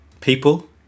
People